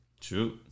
True